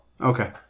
Okay